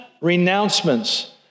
renouncements